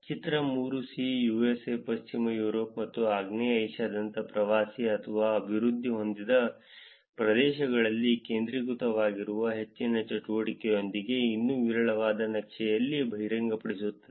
ಚಿತ್ರ 3 USA ಪಶ್ಚಿಮ Europe ಮತ್ತು ಆಗ್ನೇಯ ಏಷ್ಯಾದಂತಹ ಪ್ರವಾಸಿ ಅಥವಾ ಅಭಿವೃದ್ಧಿ ಹೊಂದಿದ ಪ್ರದೇಶಗಳಲ್ಲಿ ಕೇಂದ್ರೀಕೃತವಾಗಿರುವ ಹೆಚ್ಚಿನ ಚಟುವಟಿಕೆಯೊಂದಿಗೆ ಇನ್ನೂ ವಿರಳವಾದ ನಕ್ಷೆಯನ್ನು ಬಹಿರಂಗಪಡಿಸುತ್ತದೆ